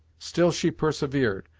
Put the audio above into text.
still she persevered,